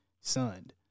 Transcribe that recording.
sunned